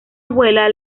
abuela